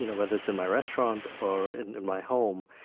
you know whether it's in my restaurant or in in my home,